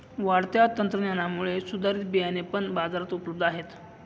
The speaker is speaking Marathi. वाढत्या तंत्रज्ञानामुळे सुधारित बियाणे पण बाजारात उपलब्ध आहेत